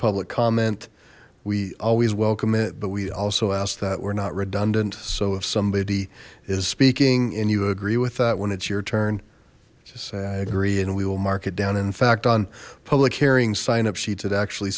public comment we always welcome it but we also ask that we're not redundant so if somebody is speaking and you agree with that when it's your turn just say i agree and we will mark it down in fact on public hearing sign up sheets it actually